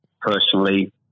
personally